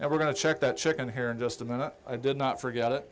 and we're going to check that chicken here in just a minute i did not forget it